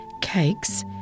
Cakes